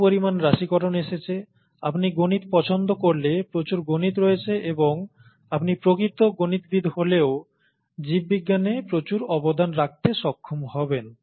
প্রচুর পরিমাণ রাশিকরণ এসেছে আপনি গণিত পছন্দ করলে প্রচুর গণিত রয়েছে এবং আপনি প্রকৃত গণিতবিদ হলেও জীববিজ্ঞানে প্রচুর অবদান রাখতে সক্ষম হবেন